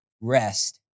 rest